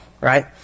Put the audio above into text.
right